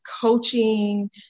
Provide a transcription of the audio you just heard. coaching